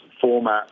format